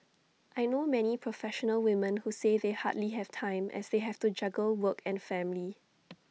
I know many professional women who say they hardly have time as they have to juggle work and family